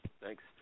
Thanks